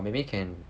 or maybe can